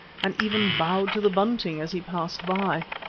and even bowed to the bunting as he passed by.